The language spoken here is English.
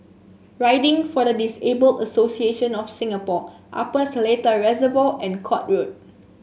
Riding for the Disabled Association of Singapore Upper Seletar Reservoir and Court Road